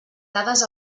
dades